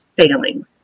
failing